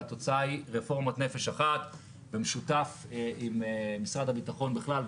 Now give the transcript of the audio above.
והתוצאה היא רפורמת "נפש אחת" במשותף עם משרד הביטחון בכלל,